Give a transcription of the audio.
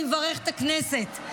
אני מברכת את הכנסת,